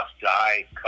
Die